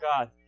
God